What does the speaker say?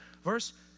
verse